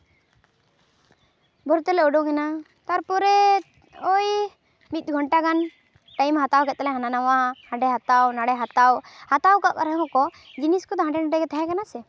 ᱵᱷᱳᱨ ᱛᱮᱞᱮ ᱩᱰᱩᱝ ᱮᱱᱟ ᱛᱟᱨᱯᱚᱨᱮ ᱳᱭ ᱢᱤᱫ ᱜᱷᱚᱱᱴᱟ ᱜᱟᱱ ᱴᱟᱭᱤᱢᱮ ᱦᱟᱛᱟᱣ ᱠᱮᱫ ᱛᱟᱞᱮᱭᱟ ᱦᱟᱱᱟ ᱱᱟᱣᱟ ᱦᱟᱸᱰᱮ ᱱᱟᱰᱮ ᱦᱟᱸᱰᱮ ᱦᱟᱛᱟᱣ ᱱᱟᱸᱰᱮ ᱦᱟᱛᱟᱣ ᱦᱟᱛᱟᱣ ᱠᱟᱜ ᱨᱮᱦᱚᱸ ᱠᱚ ᱡᱤᱱᱤᱥ ᱠᱚᱫᱚ ᱦᱟᱸᱰᱮ ᱱᱷᱟᱰᱮ ᱜᱮ ᱛᱟᱦᱮᱸ ᱠᱟᱱᱟ ᱥᱮ